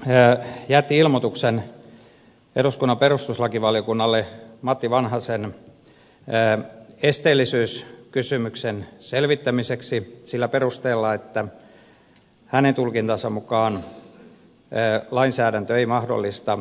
oikeuskansleri jätti ilmoituksen eduskunnan perustuslakivaliokunnalle matti vanhasen esteellisyyskysymyksen selvittämiseksi sillä perusteella että hänen tulkintansa mukaan lainsäädäntö ei mahdollista